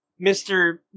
Mr